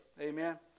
Amen